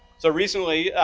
so recently,